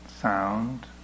Sound